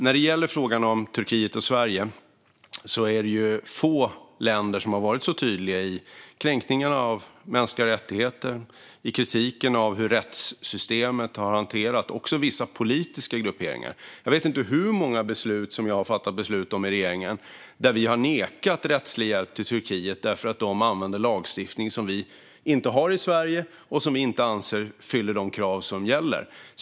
När det gäller frågan om Turkiet och Sverige är det få länder som har varit så tydliga gällande kränkningar av mänskliga rättigheter och i kritiken av hur rättssystemet har hanterats, liksom vissa politiska grupperingar. Jag vet inte hur många beslut jag varit med om att fatta i regeringen där vi har nekat rättslig hjälp till Turkiet därför att de använder lagstiftning som vi inte har i Sverige och som vi inte anser uppfyller de krav som gäller.